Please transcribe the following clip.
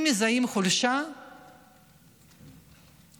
אם מזהים חולשה, יתקפו.